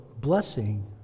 blessing